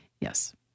Yes